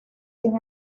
sin